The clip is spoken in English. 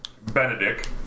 Benedict